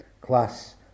Class